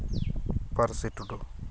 ᱯᱟᱹᱨᱥᱤ ᱴᱩᱰᱩ